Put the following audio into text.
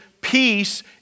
peace